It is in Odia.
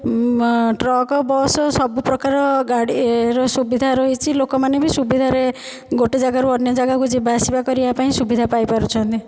ଟ୍ରକ୍ ବସ୍ ସବୁ ପ୍ରକାର ଗାଡ଼ିର ସୁବିଧା ରହିଛି ଲୋକ ମାନେ ବି ସୁବିଧାରେ ଗୋଟେ ଜାଗାରୁ ଅନ୍ୟ ଜାଗାକୁ ଯିବା ଆସିବା କରିବା ପାଇଁ ସୁବିଧା ପାଇପାରୁଛନ୍ତି